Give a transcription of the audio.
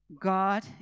God